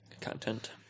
content